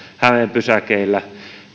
pysäkeillä